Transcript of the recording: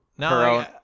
No